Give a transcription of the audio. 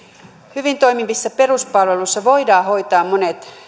hyvin toimivissa peruspalveluissa voidaan hoitaa monet